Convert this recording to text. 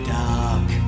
dark